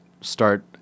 start